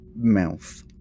mouth